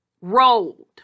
rolled